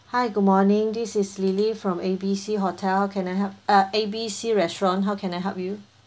hi good morning this is lily from A B C hotel can I help uh A B C restaurant how can I help you